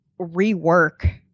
rework